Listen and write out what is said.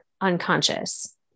unconscious